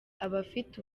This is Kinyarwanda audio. abafite